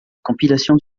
compilation